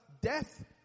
death